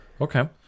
okay